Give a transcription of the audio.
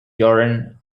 jordan